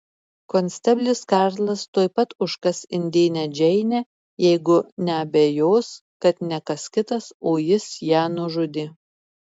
konsteblis karlas tuoj pat užkas indėnę džeinę jeigu neabejos kad ne kas kitas o jis ją nužudė